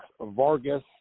Vargas